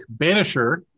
Banisher